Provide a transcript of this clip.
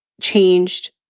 changed